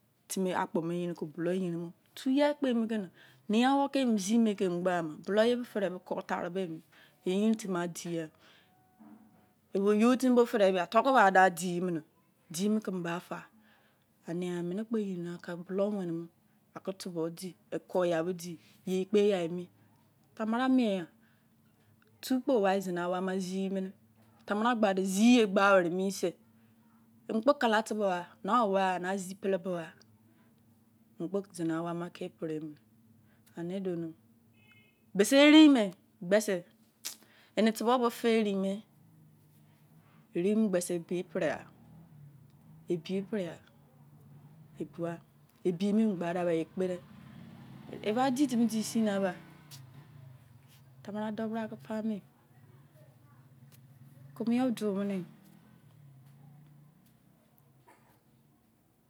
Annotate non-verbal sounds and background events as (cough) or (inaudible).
Timi akpo me yerin ko bolou eyin mo, tu yai kpo emu keni nein awou ke emu zime kemu egbahumo bolou yebu dede, kurtaru bo emi ya yerin tebe adiya bu. ebo youtemi fudu bughu, to kubuka dimeme dimor keme ba fa. Aneya emene kpo yerinaba kake bulou wene mo ake tubor di kur yau bo di yei kpo yai emi. Tamarou miengha tukpo war zene awou ama simener. tamar an gbade ziye gbawere mise kmu kpo kala tuborghu na owaghu 3c pele bogha mu lpo zone awon ama ke pere emene bese erunme kpese, eme tubor bo fe erun me, orumme kpese ebi pereagha, ebiparegha, ebu wa ebi mi emu gbada ba ye kpede. Eba di timi oli sina ba, tamarou dou, bra ke pame ku meyor ku meyor dumune (hesitation)